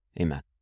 Amen